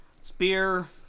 spear